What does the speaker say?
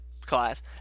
class